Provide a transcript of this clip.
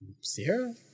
Sierra